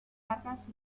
cargas